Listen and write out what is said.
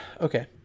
okay